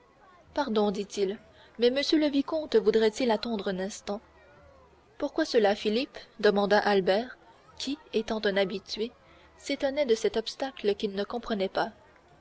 pardon dit-il mais monsieur le vicomte voudrait-il attendre un instant pourquoi cela philippe demanda albert qui étant un habitué s'étonnait de cet obstacle qu'il ne comprenait pas